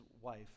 wife